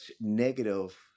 negative